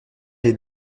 les